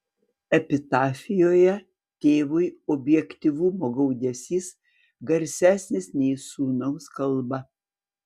epitafijoje tėvui objektyvumo gaudesys garsesnis nei sūnaus kalba